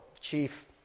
chief